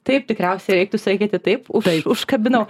taip tikriausiai reiktų sakyti taip už užkabinau